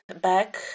back